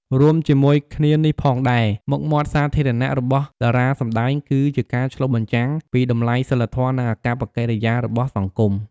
រួមជាមួយគ្នានេះផងដែរ មុខមាត់សាធារណៈរបស់តារាសម្ដែងគឺជាការឆ្លុះបញ្ចាំងពីតម្លៃសីលធម៌ និងអាកប្បកិរិយារបស់សង្គម។